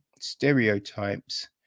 stereotypes